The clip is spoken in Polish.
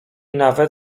nawet